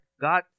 God